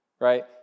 right